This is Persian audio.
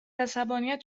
عصبانیت